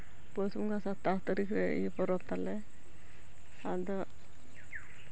ᱯᱩᱥ ᱵᱚᱸᱜᱟ ᱥᱟᱛᱟᱥ ᱛᱟᱹᱨᱤᱠᱷ ᱨᱮ ᱯᱚᱨᱚᱵᱽ ᱛᱟᱞᱮ ᱟᱫᱚ